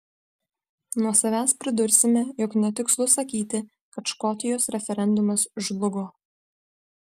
nuo savęs pridursime jog netikslu sakyti kad škotijos referendumas žlugo